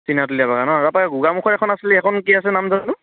চিনাতলীয়া বাগান ন তাৰপৰা এই গোগামুখত এখন আছিলে সেইখন কি আছিল নামটো জানো